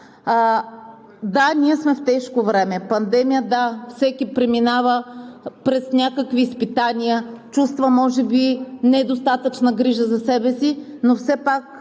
Да, ние сме в тежко време, пандемия, да, всеки преминава през някакви изпитания, чувства може би, недостатъчна грижа за себе си, но все пак